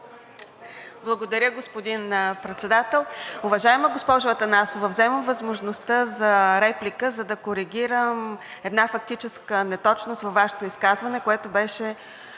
Благодаря, господин Председател. Уважаема госпожо Атанасова, вземам възможността за реплика, за да коригирам една фактическа неточност във Вашето изказване, което беше